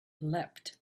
leapt